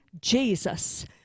Jesus